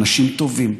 אנשים טובים,